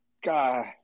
God